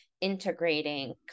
integrating